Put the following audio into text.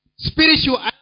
Spiritual